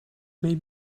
may